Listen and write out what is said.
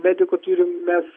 medikų turim mes